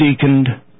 deaconed